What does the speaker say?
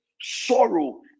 sorrow